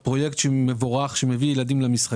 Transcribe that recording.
כך שהם יכולים להרוויח מהן ערך עבור המותג שלהם ועבור העסקים שלהם.